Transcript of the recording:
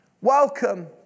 welcome